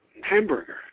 hamburger